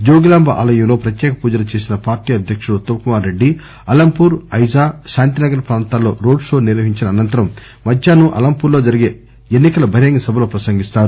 జోగులాంబ ఆలయంలో ప్రత్యేక పూజలు చేసిన పార్టీ అధ్యకుడు ఉత్తమ్కుమార్రెడ్డి అలంపూర్ ఐజా శాంతినగర్ ప్రాంతాల్లో రోడ్ షో నిర్వహించిన అనంతరం మధ్యాహ్నం అలంపూర్లో జరిగే ఎన్నికల బహిరంగ సభలో ప్రసంగిస్తారు